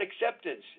acceptance